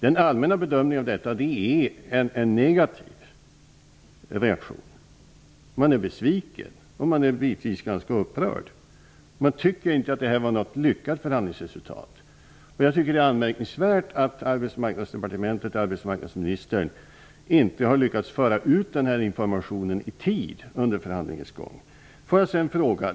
Den allmänna bedömningen av detta är negativ. Man är besviken och bitvis ganska upprörd. Man tycker inte att detta var något lyckat förhandlingsresultat. Det är anmärkningsvärt att Arbetsmarknadsdepartementet och arbetsmarknadsministern inte har lyckats föra ut den här informationen i tid under förhandlingens gång.